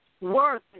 worth